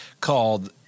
called